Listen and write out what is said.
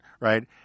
right